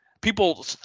people